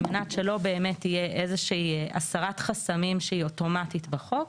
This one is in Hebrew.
על מנת שלא באמת תהיה איזה שהיא הסרת חסמים שהיא אוטומטית בחוק,